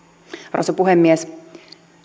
arvoisa puhemies